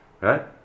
Right